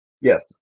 Yes